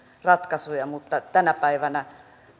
ratkaisuja mutta tänä päivänä